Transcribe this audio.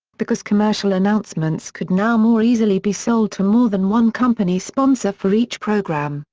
because commercial announcements could now more easily be sold to more than one company sponsor for each program,